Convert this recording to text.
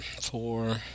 four